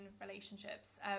relationships